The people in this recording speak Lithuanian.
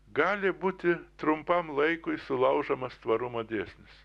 gali būti trumpam laikui sulaužomas tvarumo dėsnis